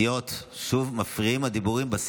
סיעות, שוב מפריעים הדיבורים.